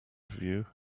view